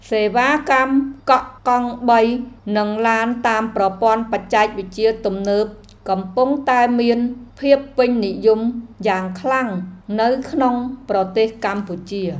សេវាកម្មកក់កង់បីនិងឡានតាមប្រព័ន្ធបច្ចេកវិទ្យាទំនើបកំពុងតែមានភាពពេញនិយមយ៉ាងខ្លាំងនៅក្នុងប្រទេសកម្ពុជា។